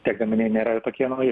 tie gaminiai nėra jau tokie nauji